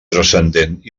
transcendent